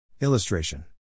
Illustration